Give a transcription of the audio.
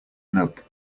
nope